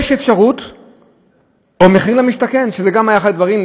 או מחיר למשתכן, זה גם היה אחד הדברים.